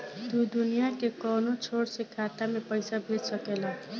तू दुनिया के कौनो छोर से खाता में पईसा भेज सकेल